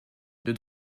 deux